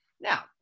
Now